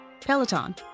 Peloton